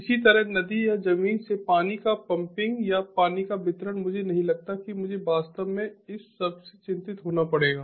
इसी तरह नदी या जमीन से पानी का पंपिंग या पानी का वितरण मुझे नहीं लगता कि मुझे वास्तव में इस सब से चिंतित होना पड़ेगा